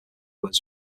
words